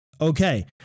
okay